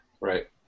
Right